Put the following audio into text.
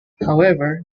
however